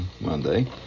Monday